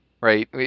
right